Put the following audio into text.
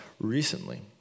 recently